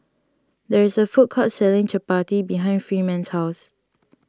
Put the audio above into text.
there is a food court selling Chapati behind Freeman's house